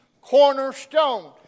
cornerstone